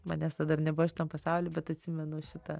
manęs tada dar nebuvo šitam pasaulyje bet atsimenu šitą